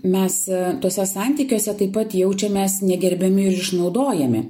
mes tuose santykiuose taip pat jaučiamės negerbiami ir išnaudojami